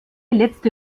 letzte